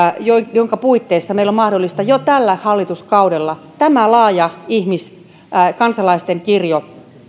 jonka puitteissa meidän on mahdollista jo tällä hallituskaudella tämä laaja kansalaisten kirjo